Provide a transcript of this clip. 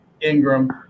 Ingram